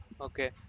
okay